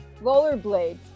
rollerblades